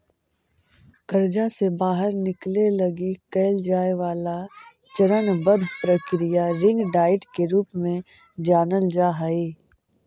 कर्जा से बाहर निकले लगी कैल जाए वाला चरणबद्ध प्रक्रिया रिंग डाइट के रूप में जानल जा हई